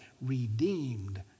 redeemed